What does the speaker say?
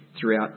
throughout